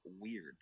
weird